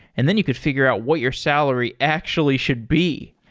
and then you could figure out what your salary actually should be.